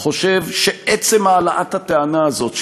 חושב שעצם העלאת הטענה הזאת,